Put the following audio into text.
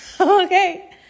Okay